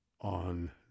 on